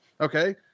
Okay